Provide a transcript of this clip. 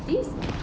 this